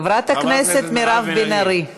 חברת הכנסת מירב בן ארי.